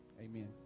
amen